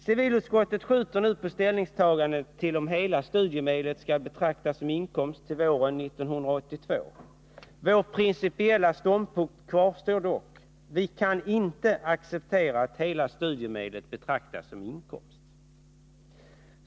Civilutskottet skjuter nu på ställningstagandet till våren 1982 till frågan om hela studiemedelsbeloppet skall betraktas som inkomst. Vår principiella ståndpunkt kvarstår dock. Vi kan inte acceptera att hela studiemedelsbeloppet betraktas som inkomst.